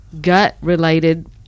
gut-related